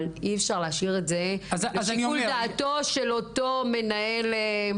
אבל אי אפשר להשאיר את זה לשיקול דעתו של אותו מנהל מוסד.